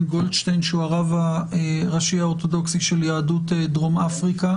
גולדשטיין שהוא הרב הראשי האורתודוכסי של יהדות דרום אפריקה.